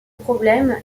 problème